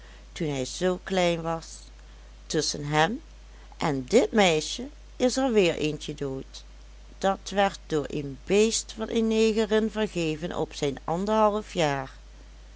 toen hij zoo klein was tusschen hem en dit meisje is er weer eentje dood dat werd door een beest van een negerin vergeven op zijn anderhalf jaar